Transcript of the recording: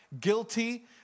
Guilty